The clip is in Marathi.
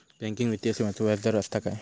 बँकिंग वित्तीय सेवाचो व्याजदर असता काय?